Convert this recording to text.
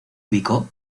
ubicó